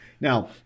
Now